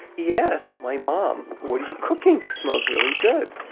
he asked my mom, what are you cooking? smells really good.